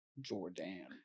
Jordan